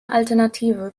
alternative